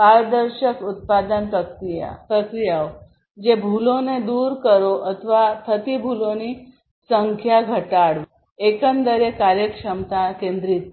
પારદર્શક ઉત્પાદન પ્રક્રિયાઓ જે ભૂલોને દૂર કરો અથવા થતી ભૂલોની સંખ્યા ઘટાડવી એકંદર કાર્યક્ષમતા કેન્દ્રિતતા